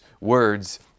words